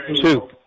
two